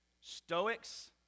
Stoics